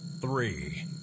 Three